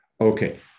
Okay